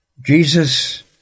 Jesus